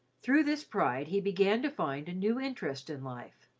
through this pride he began to find a new interest in life.